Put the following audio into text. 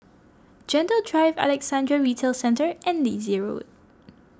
Gentle Drive Alexandra Retail Centre and Daisy Road